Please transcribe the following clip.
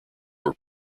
were